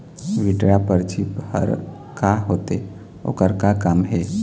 Withdraw परची हर का होते, ओकर का काम हे?